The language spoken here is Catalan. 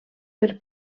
per